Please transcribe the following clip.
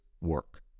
work